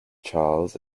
charles